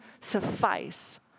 suffice